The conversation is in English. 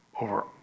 over